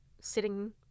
sitting